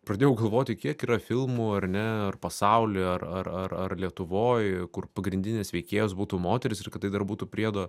pradėjau galvoti kiek yra filmų ar ne ar pasauly ar ar ar ar lietuvoj kur pagrindinės veikėjos būtų moterys ir kad tai dar būtų priedo